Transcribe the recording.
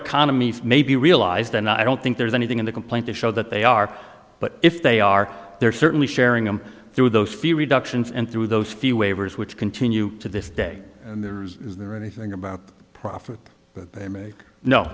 commies may be realized and i don't think there's anything in the complaint to show that they are but if they are they're certainly sharing them through those few reductions and through those few waivers which continue to this day and there is there anything about the profit they make no